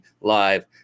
live